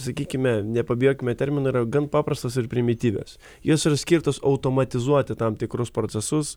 sakykime nepabijokime termino yra gan paprastos ir primityvios jos yra skirtos automatizuoti tam tikrus procesus